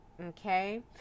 okay